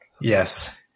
Yes